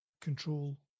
control